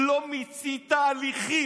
לא מיצית הליכים.